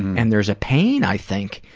and there's a pain, i think,